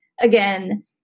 again